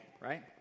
right